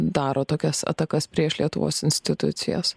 daro tokias atakas prieš lietuvos institucijas